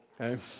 okay